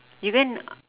you go and